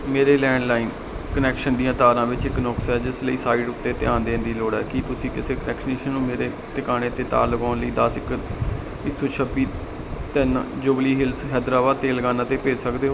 ਮੇਰੇ landline connection ਦੀਆਂ ਤਾਰਾਂ ਵਿੱਚ ਇੱਕ ਨੁਕਸ ਹੈ ਜਿਸ ਲਈ ਸਾਈਟ ਉੱਤੇ ਧਿਆਨ ਦੇਣ ਦੀ ਲੋੜ ਹੈ ਕੀ ਤੁਸੀਂ ਕਿਸੇ ਟੈਕਨੀਸ਼ੀਅਨ ਨੂੰ ਮੇਰੇ ਟਿਕਾਣੇ 'ਤੇ ਤਾਰ ਲਗਾਉਣ ਲਈ ਦਸ ਇੱਕ ਇੱਕ ਸੌ ਛੱਬੀ ਤਿੰਨ ਜੁਬਲੀ ਹਿਲਸ ਹੈਦਰਾਬਾਦ ਤੇਲੰਗਾਨਾ 'ਤੇ ਭੇਜ ਸਕਦੇ ਹੋ